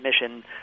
mission